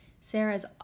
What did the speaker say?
Sarah's